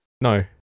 No